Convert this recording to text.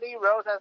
Rose